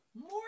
more